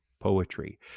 poetry